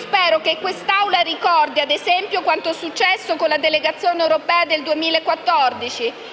Spero che quest'Assemblea ricordi ad esempio quanto è successo con la legge di delegazione europea del 2014,